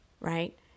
right